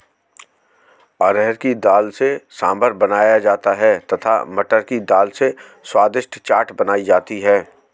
अरहर की दाल से सांभर बनाया जाता है तथा मटर की दाल से स्वादिष्ट चाट बनाई जाती है